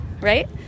right